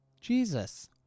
Jesus